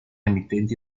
emittenti